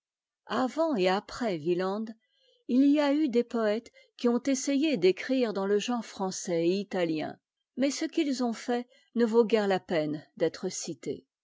avant et après wieland il y a eu des poëtes qui ont essayé d'écrire dans le genre français et italien mais ce qu'ils ont fait ne vaut guère la peine d'être cité